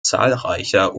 zahlreicher